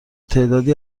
تعدادی